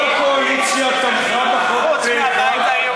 כל הקואליציה תמכה בחוק פה-אחד,